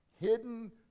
hidden